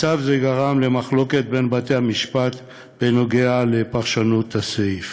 מצב זה גרם למחלוקת בין בתי-המשפט בנוגע לפרשנות הסעיף.